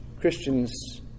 Christians